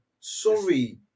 sorry